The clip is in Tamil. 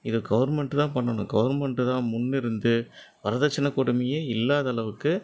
இது கவர்மெண்ட்டு தான் பண்ணணும் கவர்மெண்ட்டு தான் முன்னிருந்து வரதட்சணை கொடுமையே இல்லாத அளவுக்கு